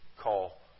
call